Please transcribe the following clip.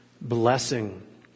blessing